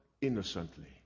innocently